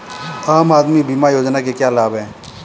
आम आदमी बीमा योजना के क्या लाभ हैं?